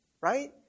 right